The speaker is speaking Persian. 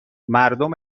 مردم